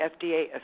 FDA